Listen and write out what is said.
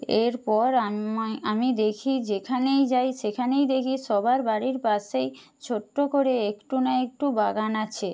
এরপর আমি দেখি যেখানেই যাই সেখানেই দেখি সবার বাড়ির পাশেই ছোট্ট করে একটু না একটু বাগান আছে